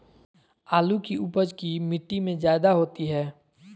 आलु की उपज की मिट्टी में जायदा होती है?